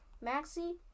Maxie